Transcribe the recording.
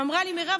ואמרה לי: מירב,